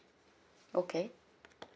okay